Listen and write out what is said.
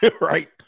Right